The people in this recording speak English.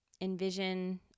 envision